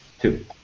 Two